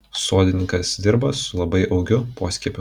sodininkas dirba su labai augiu poskiepiu